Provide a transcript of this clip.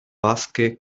vasche